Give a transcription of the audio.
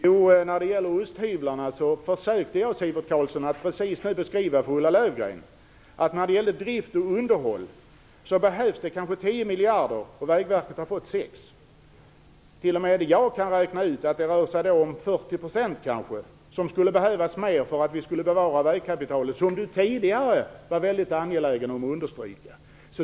Fru talman! När det gäller osthyveln försökte jag, Sivert Carlsson, att förklara för Ulla Löfgren att det för drift och underhåll behövs kanske 10 miljarder medan Vägverket får 6 miljarder. Det skulle behövas 4 miljarder till för att bevara vägkapitalet, vilket jag tidigare var mycket angelägen om att understryka.